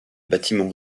bâtiments